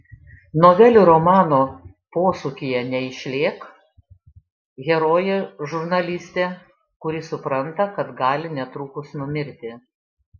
novelių romano posūkyje neišlėk herojė žurnalistė kuri supranta kad gali netrukus numirti